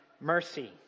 mercy